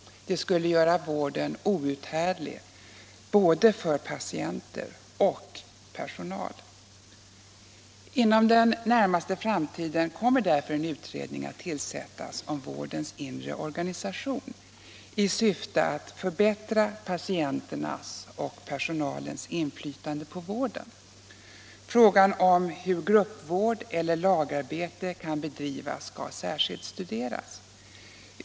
Det skulle göra vården outhärdlig både för patienter och för personal. Inom den närmaste tiden kommer därför en utredning att tillsättas om vårdens inre organisation, i syfte att förbättra patienternas och personalens inflytande på vården. Frågan om hur gruppvård eller lagarbete kan bedrivas skall särskilt studeras.